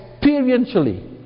experientially